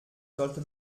sollte